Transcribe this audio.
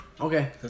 Okay